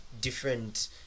different